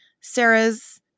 Sarah's